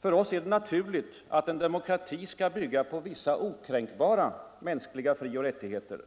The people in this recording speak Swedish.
För oss är det naturligt att en demokrati bygger på vissa okränkbara mänskliga frioch rättigheter